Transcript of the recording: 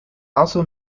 also